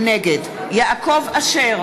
נגד יעקב אשר,